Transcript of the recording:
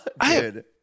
Dude